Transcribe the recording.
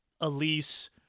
Elise